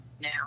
now